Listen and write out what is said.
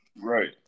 right